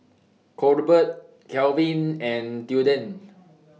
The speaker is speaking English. Colbert Calvin and Tilden